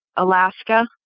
Alaska